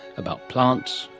about plants,